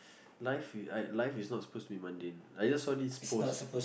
life is life is not suppose to be mundane I just saw this post